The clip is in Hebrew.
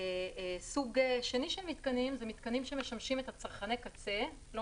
סוג שני של מתקנים זה מתקנים שמשמשים את צרכני הקצה לא